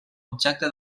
objecte